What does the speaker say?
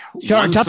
sure